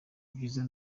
byiza